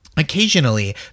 Occasionally